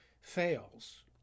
fails